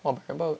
!wah! I remember